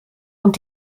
und